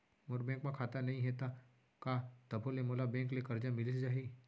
मोर bank म खाता नई हे त का तभो ले मोला बैंक ले करजा मिलिस जाही?